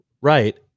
Right